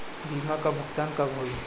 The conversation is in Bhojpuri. बीमा का भुगतान कब होइ?